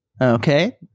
Okay